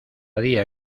día